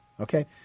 Okay